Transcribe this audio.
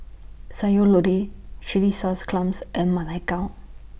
Sayur Lodeh Chilli Sauce Clams and Ma Lai Gao